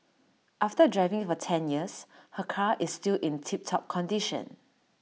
after driving for ten years her car is still in tip top condition